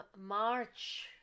March